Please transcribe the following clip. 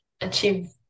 achieve